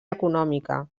econòmica